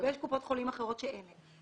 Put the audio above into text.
ויש קופות חולים אחרות שאין להן.